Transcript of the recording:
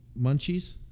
Munchies